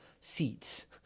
seats